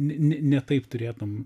ne ne ne taip turėtum